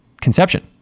Conception